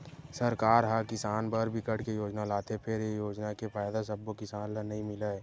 सरकार ह किसान बर बिकट के योजना लाथे फेर ए योजना के फायदा सब्बो किसान ल नइ मिलय